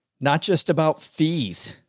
not just about fees.